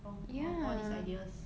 from of all these ideas